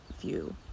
view